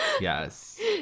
yes